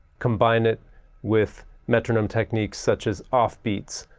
combine it with metronome techniques such as offbeats,